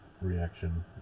reaction